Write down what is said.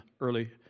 early